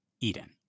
Eden